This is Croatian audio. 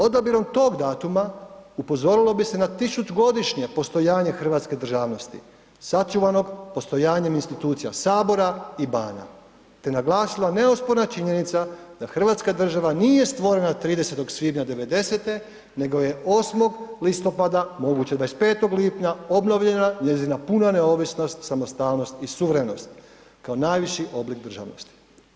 Odabirom tog datuma upozorilo bi se na tisućgodišnje postojanje hrvatske državnosti sačuvanog postojanjem institucija Sabora i bana te naglasila neosporna činjenica da Hrvatska država nije stvorena 30. svibnja '90.-te nego je 8. listopada, moguće 25. lipnja obnovljena njezina puna neovisnost samostalnost i suverenost kao najviši oblik državnosti.